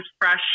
fresh